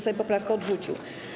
Sejm poprawkę odrzucił.